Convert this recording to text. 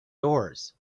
doors